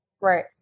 Right